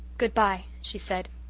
good-bye, she said.